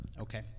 Okay